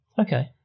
okay